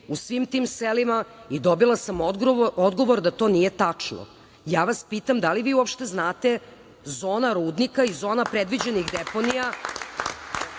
u svim tim selima i dobila sam odgovor da to nije tačno. Ja vas pitam – da li vi uopšte znate zona rudnika i zona predviđenih deponija